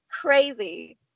crazy